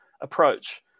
approach